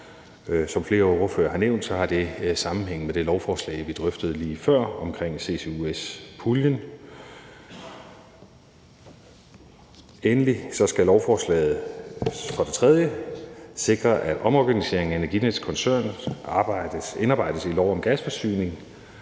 Som flere ordførere har nævnt, har det sammenhæng med det lovforslag, vi drøftede lige før, om CCUS-puljen. For det tredje skal lovforslaget sikre, at omorganiseringen af Energinets koncern indarbejdes i lov om gasforsyning,